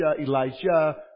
Elijah